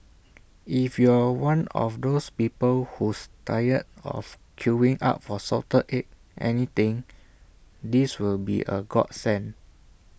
if you're one of those people who's tired of queuing up for salted egg anything this will be A godsend